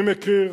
אני מכיר,